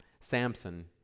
Samson